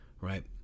Right